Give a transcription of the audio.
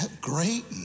great